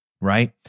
right